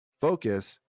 focus